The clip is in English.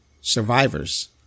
survivors